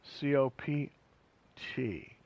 C-O-P-T